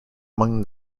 among